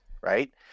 right